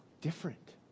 Different